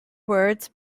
words